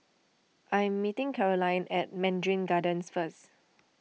I am meeting Carolyn at Mandarin Gardens first